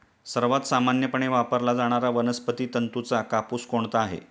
सर्वात सामान्यपणे वापरला जाणारा वनस्पती तंतूचा कापूस कोणता आहे?